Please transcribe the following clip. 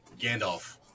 Gandalf